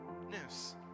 news